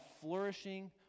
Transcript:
flourishing